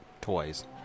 toys